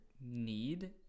need